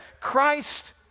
Christ